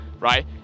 right